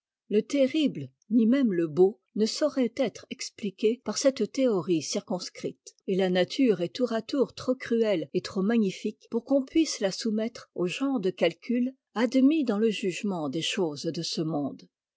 le terrible ni même le beau ne sauraient être expliqués par cette théorie circonscrite et la nature est tour à tour trop cruelle et trop magnifique pour qu'on puisse la soumettre au genre de calcul admis dans le jugement des choses de ce monde